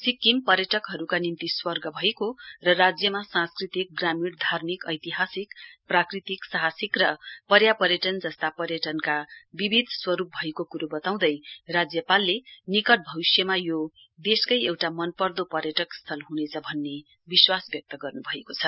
सिक्किम पर्यटकहरूका निम्ति स्वर्ग भएको र राज्यमा सांस्कृतिक ग्रामीण धार्मिक ऐतिहासिक प्राकृतिक साहसिक र पर्यापर्यटन जस्ता पर्यटनका विविध स्वरूप भएको कुरो बताउँदै राज्यकपालले निकट भविष्यमा यो देशकै एउटा मनपर्दो पर्यटक स्थल हुनेछ भन्ने विश्वास व्यक्त गर्नुभएको छ